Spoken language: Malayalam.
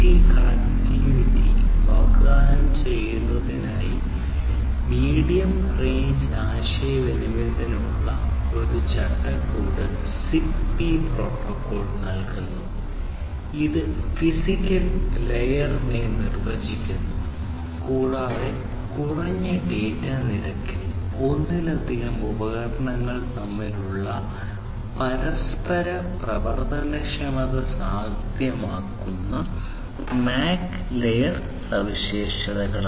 IoT കണക്റ്റിവിറ്റി വാഗ്ദാനം ചെയ്യുന്നതിനായി മീഡിയം റേഞ്ച് ആശയവിനിമയത്തിനുള്ള ഒരു ചട്ടക്കൂട് ZigBee പ്രോട്ടോക്കോൾ നൽകുന്നു ഇത് ഫിസിക്കൽ ലെയറിനെ നിർവ്വചിക്കുന്നു കൂടാതെ കുറഞ്ഞ ഡാറ്റ നിരക്കിൽ ഒന്നിലധികം ഉപകരണങ്ങൾ തമ്മിലുള്ള പരസ്പര പ്രവർത്തനക്ഷമത സാധ്യമാക്കുന്ന MAC ലെയർ സവിശേഷതകൾ